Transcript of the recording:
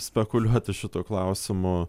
spekuliuoti šituo klausimu